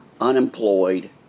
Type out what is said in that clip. unemployed